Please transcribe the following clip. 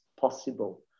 possible